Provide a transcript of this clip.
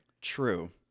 True